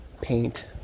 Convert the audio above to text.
paint